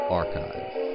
archive